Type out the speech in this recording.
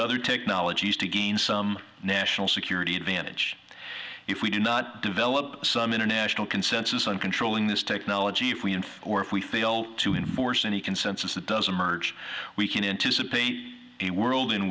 other technologies to gain some national security advantage if we do not develop some international consensus on controlling this technology if we end or if we fail to enforce any consensus that doesn't merge we can anticipate a world in